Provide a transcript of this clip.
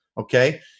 okay